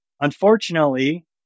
Unfortunately